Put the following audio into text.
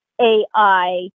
AI